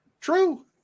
True